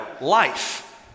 Life